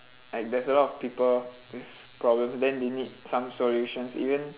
like there's a lot of people with problems then they need some solutions even